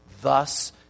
thus